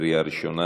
בקריאה ראשונה,